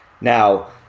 Now